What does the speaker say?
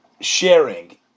sharing